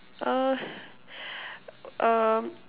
uh um